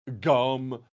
Gum